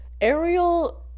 Ariel